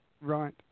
right